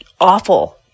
awful